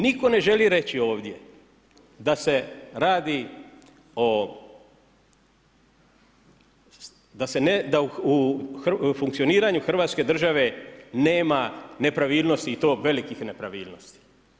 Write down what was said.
Nitko ne želi reći ovdje da se radi o, da u funkcioniranju hrvatske države nema nepravilnosti i to velikih nepravilnosti.